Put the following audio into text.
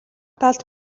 талд